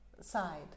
side